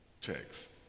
text